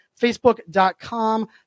Facebook.com